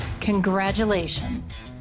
Congratulations